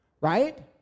Right